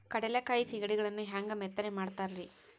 ಕಡಲೆಕಾಯಿ ಸಿಗಡಿಗಳನ್ನು ಹ್ಯಾಂಗ ಮೆತ್ತನೆ ಮಾಡ್ತಾರ ರೇ?